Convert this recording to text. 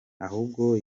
ahubwo